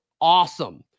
awesome